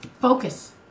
Focus